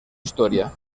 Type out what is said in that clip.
historia